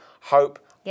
Hope